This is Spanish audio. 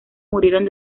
murieron